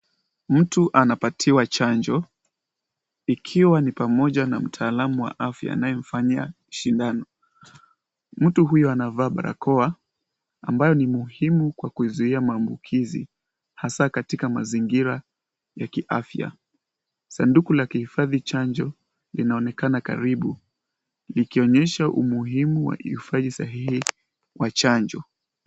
Mtu anapatiwa chanjo ikiwa ni pamoja na mtaalamu wa afya anayemfanyia sindano. Mtu huyu anavaa barakoa ambayo ni muhimu kwa kuzuia maambukizi hasa katika mazingira ya kiafya. Sanduku la kuhifadhi chanjo, linaonekana karibu, likionyesha umuhimu wa hifadhi sahihi wa chanjo.